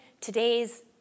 today's